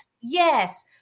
yes